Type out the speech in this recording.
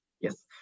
Yes